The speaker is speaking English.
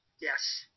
Yes